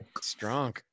Strong